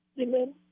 Amen